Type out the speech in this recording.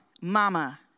mama